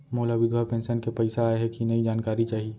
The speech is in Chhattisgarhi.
मोला विधवा पेंशन के पइसा आय हे कि नई जानकारी चाही?